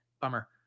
bummer